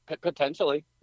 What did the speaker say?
Potentially